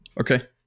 Okay